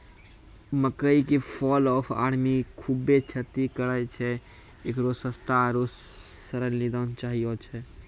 मकई मे fall of army खूबे क्षति करेय छैय, इकरो सस्ता आरु सरल निदान चाहियो छैय?